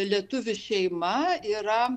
lietuvių šeima yra